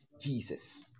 Jesus